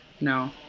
No